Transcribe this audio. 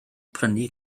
prynu